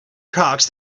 cocks